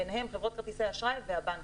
ביניהם חברות כרטיסי האשראי והבנקים.